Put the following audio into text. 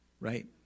Right